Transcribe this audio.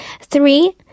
Three